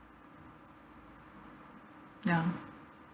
ya